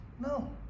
No